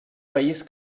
país